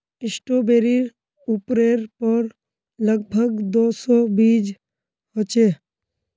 स्ट्रॉबेरीर उपरेर पर लग भग दो सौ बीज ह छे